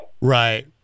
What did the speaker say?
Right